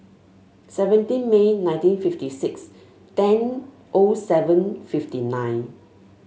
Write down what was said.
seventeen May nineteen fifty six ten O seven fifty nine